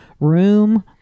room